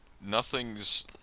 Nothing's